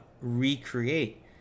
recreate